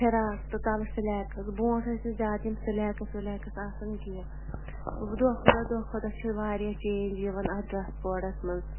frock تہٕ تَلہٕ سِلٮ۪کٕس برونٛٹھ ٲسۍ نہٕ زیادٕ یِم سِلٮ۪کٕس وِلٮ۪کٕس آسان کینٛہہ وٕ دۄہ کھۄتہٕ دۄہ دۄہ کھۄتہٕ دۄہ چھِ واریاہ چینٛج یِوان اَتھ ڈرٛس کوڑَس منٛز